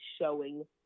showing